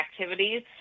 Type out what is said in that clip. activities